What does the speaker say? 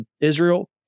Israel